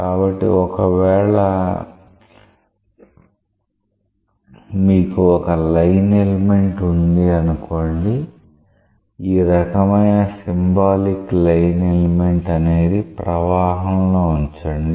కాబట్టి ఒకవేళ మీకు ఒక లైన్ ఎలిమెంట్ ఉంది అనుకోండి ఈ రకమైన సింబాలిక్ లైన్ ఎలిమెంట్ అనేది ప్రవాహం లో ఉంచండి